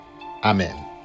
Amen